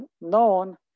known